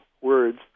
words